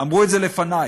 אמרו את זה לפניי.